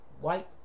white